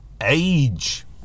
age